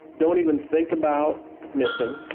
don't even think about missing.